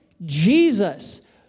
Jesus